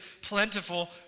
plentiful